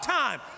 time